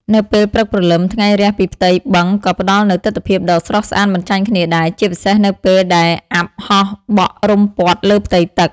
នៅពេលព្រឹកព្រលឹម ថ្ងៃរះពីផ្ទៃបឹងក៏ផ្ដល់នូវទិដ្ឋភាពដ៏ស្រស់ស្អាតមិនចាញ់គ្នាដែរ ជាពិសេសនៅពេលដែលអ័ព្ទហោះបក់រុំព័ទ្ធលើផ្ទៃទឹក។